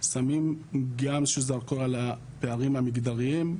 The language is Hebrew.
שמים גם איזשהו זרקור על הפערים המגדריים.